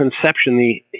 conception